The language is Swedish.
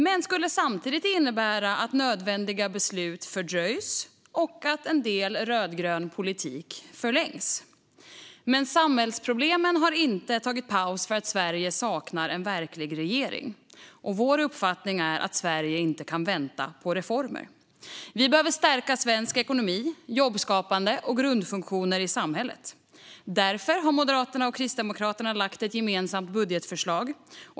Men det skulle samtidigt innebära att nödvändiga beslut skulle fördröjas och att en del rödgrön politik skulle förlängas. Samhällsproblemen har inte tagit paus för att Sverige saknar en verklig regering, och vår uppfattning är att Sverige inte kan vänta på reformer. Vi behöver stärka svensk ekonomi, jobbskapande och grundfunktioner i samhället. Därför har Moderaterna och Kristdemokraterna lagt fram ett gemensamt budgetförslag.